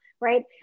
right